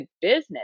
business